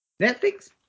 Netflix